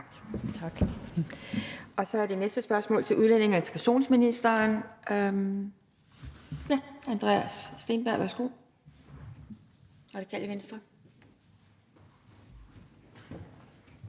Tak. Så er det næste spørgsmål til udlændinge- og integrationsministeren fra hr. Andreas Steenberg, Radikale Venstre.